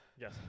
Yes